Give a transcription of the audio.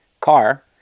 Car